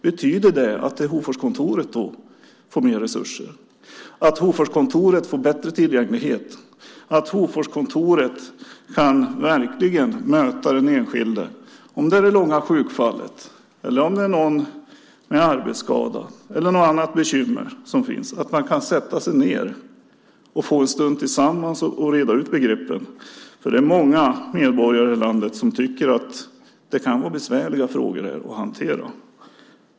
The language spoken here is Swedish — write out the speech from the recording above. Betyder det att Hoforskontoret får mer resurser och bättre tillgänglighet? Betyder det att Hoforskontoret verkligen kan möta den enskilde - någon med lång sjukskrivning, någon med arbetsskada eller med något annat bekymmer - så att man kan sätta sig ned och få en stund tillsammans för att reda ut begreppen? Det är många medborgare i landet som tycker att det här kan vara besvärliga frågor att hantera.